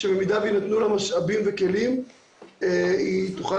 שבמידה ויינתנו למשאבים וכלים היא תוכל